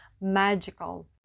magical